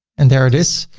and there it is.